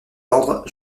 ordres